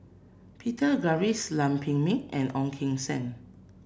Peter Gilchrist Lam Pin Min and Ong Keng Sen